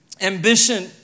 Ambition